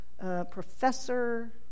Professor